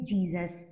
Jesus